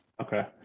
Okay